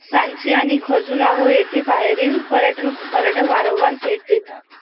सांची आणि खजुराहो येथे बाहेरील पर्यटनक् पर्यटक वारंवार भेट देतात